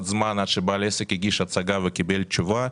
זמן עד שבעל עסק הגיש השגה ו קיבל תשובה.